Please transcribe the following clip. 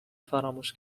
فراموش